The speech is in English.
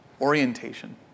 Orientation